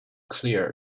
clear